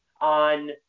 on